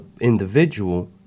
individual